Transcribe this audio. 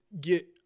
get